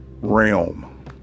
realm